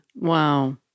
Wow